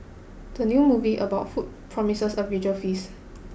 the new movie about food promises a visual feast